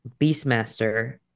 Beastmaster